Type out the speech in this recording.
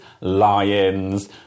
lions